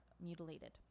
mutilated